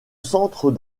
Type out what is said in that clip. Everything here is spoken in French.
centre